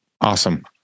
Awesome